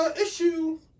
issue